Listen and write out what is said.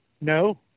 No